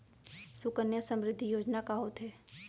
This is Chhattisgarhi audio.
सुकन्या समृद्धि योजना का होथे